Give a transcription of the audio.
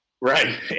right